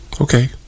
Okay